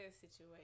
situation